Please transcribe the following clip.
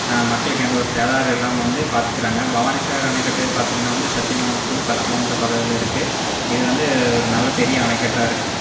மக்களுக்கு எந்த ஒரு சேதாரம் இல்லாமல் வந்து பார்த்துக்குறாங்க பவானி சாகர் அணைக்கட்டு பார்த்திங்கன்னா வந்து சத்யமங்கலத்திலேருந்து பத்து கிலோமீட்டர் தொலைவில் இருக்குது இது வந்து ஒரு நல்ல பெரிய அணைக்கட்டாக இருக்குது